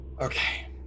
Okay